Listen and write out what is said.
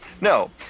no